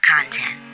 content